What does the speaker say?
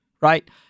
right